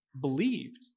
believed